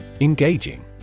Engaging